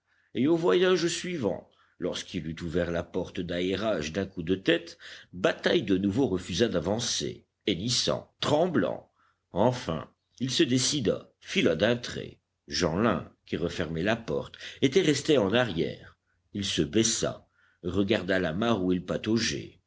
et au voyage suivant lorsqu'il eut ouvert la porte d'aérage d'un coup de tête bataille de nouveau refusa d'avancer hennissant tremblant enfin il se décida fila d'un trait jeanlin qui refermait la porte était resté en arrière il se baissa regarda la mare où il pataugeait